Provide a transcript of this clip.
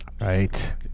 Right